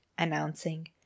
announcing